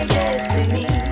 destiny